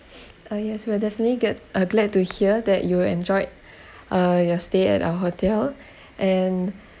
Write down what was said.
uh yes we're definitely get uh glad to hear that you enjoyed uh your stay at our hotel and